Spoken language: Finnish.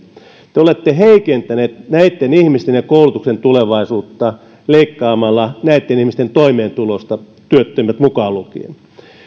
te olette heikentäneet näitten ihmisten ja koulutuksen tulevaisuutta leikkaamalla näitten ihmisten toimeentulosta työttömät mukaan lukien